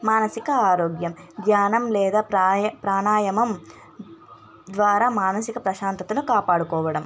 మానసిక ఆరోగ్యం ధ్యానం లేదా ప్రాయ ప్రాణాయామం ద్వారా మానసిక ప్రశాంతతను కాపాడుకోవడం